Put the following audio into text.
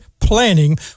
planning